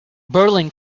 berlin